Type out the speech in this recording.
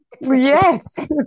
Yes